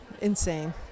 Insane